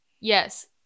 yes